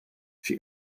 she